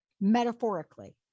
metaphorically